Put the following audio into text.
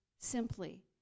simply